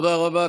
תודה רבה.